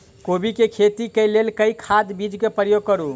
कोबी केँ खेती केँ लेल केँ खाद, बीज केँ प्रयोग करू?